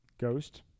Ghost